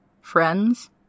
friends